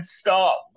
stop